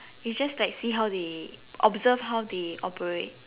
it's just like see how they observe how they operate